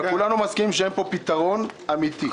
אבל כולנו מסכימים שאין פה פתרון אמיתי.